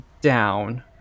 down